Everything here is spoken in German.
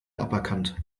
aberkannt